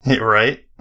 Right